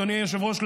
אדוני היושב-ראש,